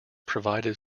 provided